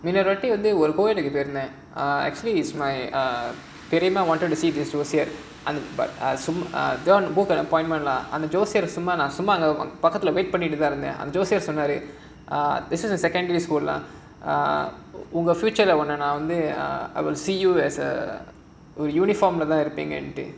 இன்னொரு வாட்டி வந்து ஒரு கோவிலுக்கு போயிருந்தேன்:innoru vaatti vandhu oru kovilukku poyirunthaen err actually it's my paramount wanted to see பெரியம்மா:periamma appointment lah அந்த ஜோசியர்:andha josiyar this is a secondary school lah அந்த ஜோசியர் சொன்னாரு:andha josiyar sonnaaru I will see you as a uniform leh தான் இருப்பீங்கனு:thaan irupeenganu